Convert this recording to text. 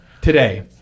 Today